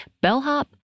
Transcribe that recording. bellhop